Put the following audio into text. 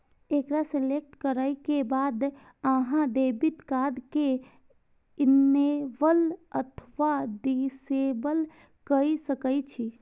एकरा सेलेक्ट करै के बाद अहां डेबिट कार्ड कें इनेबल अथवा डिसेबल कए सकै छी